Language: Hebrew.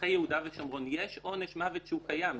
בשטחי יהודה ושומרון יש עונש מוות שהוא קיים,